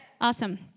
Awesome